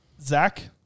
Zach